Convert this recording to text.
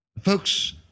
Folks